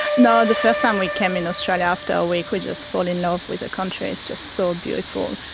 no, the first time we came in australia, after a week we just fall in love with the country, it's just so beautiful.